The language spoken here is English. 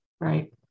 Right